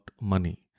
money